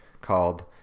called